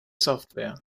software